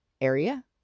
area